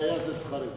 והיה זה שכרי.